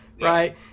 right